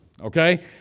okay